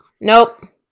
Nope